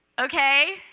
Okay